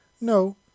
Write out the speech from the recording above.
No